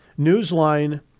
Newsline